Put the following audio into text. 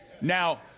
Now